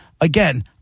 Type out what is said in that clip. again